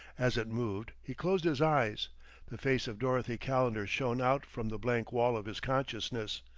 as it moved, he closed his eyes the face of dorothy calendar shone out from the blank wall of his consciousness,